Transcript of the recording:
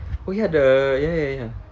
oh ya the ya ya ya